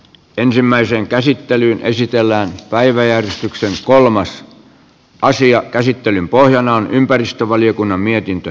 ensimmäiseen käsittelyyn esitellään päiväjärjestyksen kolmas asian käsittelyn pohjana on ympäristövaliokunnan mietintö